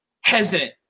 hesitant